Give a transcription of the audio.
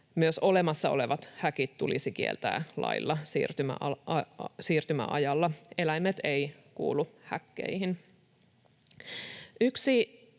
myös olemassa olevat häkit tulisi kieltää lailla siirtymäajalla. Eläimet eivät kuulu häkkeihin.